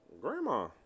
grandma